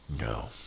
No